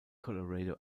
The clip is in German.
colorado